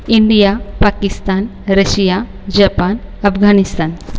India Pakistan Russia Japan Afghanistan